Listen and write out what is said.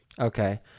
Okay